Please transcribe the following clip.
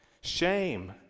shame